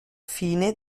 fine